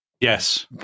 Yes